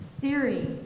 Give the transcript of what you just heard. theory